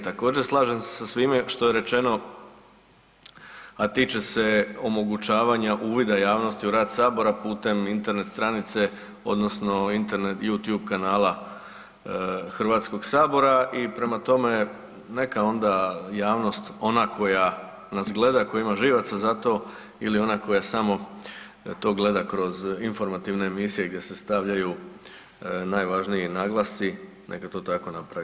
Također slažem se sa svime što je rečeno, a tiče se omogućavanja uvida javnosti u rad Sabora putem Internet stranice odnosno YouTub kanala HS-a i prema tome neka onda javnost ona koja nas gleda koja ima živaca za to ili ona koja samo to gleda kroz informativne emisije gdje se stavljaju najvažniji naglasci neka to tako naprave.